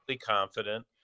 confident